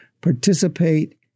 participate